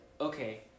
okay